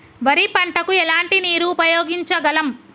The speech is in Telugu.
వరి పంట కు ఎలాంటి నీరు ఉపయోగించగలం?